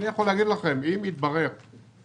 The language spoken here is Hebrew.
אני יכול להגיד לכם: אם יתברר שאפשר